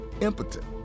impotent